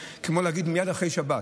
שזה כמו להגיד מייד אחרי שבת.